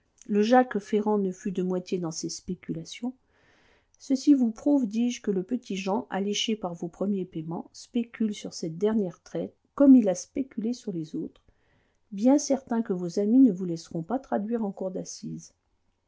ceci vous prouve dis-je que le petit-jean alléché par vos premiers paiements spécule sur cette dernière traite comme il a spéculé sur les autres bien certain que vos amis ne vous laisseront pas traduire en cour d'assises